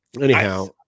anyhow